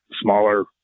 smaller